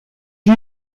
you